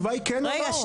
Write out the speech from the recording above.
כן או לא?